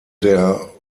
der